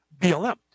BLM